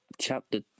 chapter